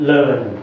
Learn